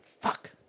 Fuck